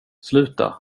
sluta